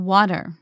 Water